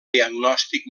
diagnòstic